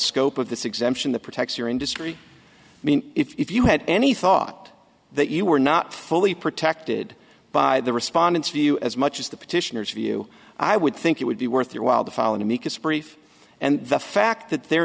scope of this exemption that protects your industry i mean if you had any thought that you were not fully protected by the respondents view as much as the petitioners view i would think it would be worth your while the following week it's brief and the fact that they're